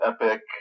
epic